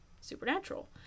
Supernatural